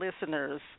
listeners